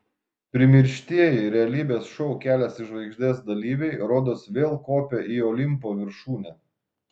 primirštieji realybės šou kelias į žvaigždes dalyviai rodos vėl kopia į olimpo viršūnę